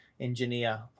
engineer